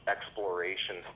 exploration